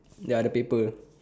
ya the paper